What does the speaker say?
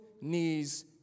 knees